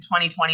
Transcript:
2020